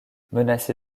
menacé